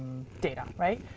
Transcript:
data. right?